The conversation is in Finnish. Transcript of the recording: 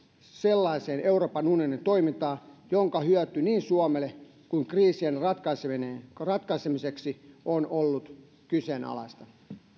sellaiseen euroopan unionin toimintaan jonka hyöty niin suomelle kuin kriisien ratkaisemiseksi ratkaisemiseksi on ollut kyseenalaista